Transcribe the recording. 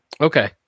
Okay